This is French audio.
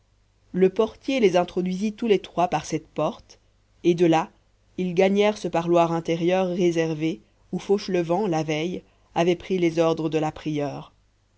le portier les introduisit tous les trois par cette porte et de là ils gagnèrent ce parloir intérieur réservé où fauchelevent la veille avait pris les ordres de la prieure